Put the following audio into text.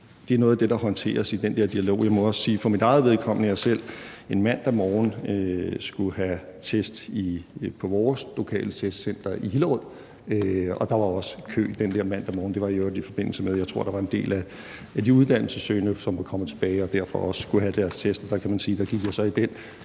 Det er noget af det, der håndteres i den der dialog. Jeg må også sige for mit eget vedkommende, at jeg en mandag morgen skulle have en test i vores lokale testcenter i Hillerød, og der var også kø den mandag morgen. Jeg tror i øvrigt, at det var, i forbindelse med at der var en del af de uddannelsessøgende, der var kommet tilbage og derfor også skulle have deres test. Der kan man sige, at jeg så gik i den